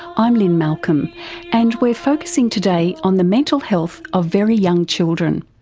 i'm lynne malcolm and we're focussing today on the mental health of very young children.